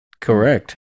Correct